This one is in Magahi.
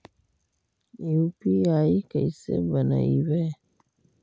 यु.पी.आई कैसे बनइबै?